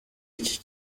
iki